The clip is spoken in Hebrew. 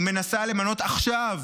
היא מנסה למנות עכשיו